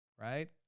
right